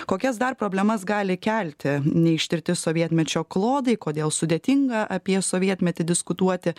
kokias dar problemas gali kelti neištirti sovietmečio klodai kodėl sudėtinga apie sovietmetį diskutuoti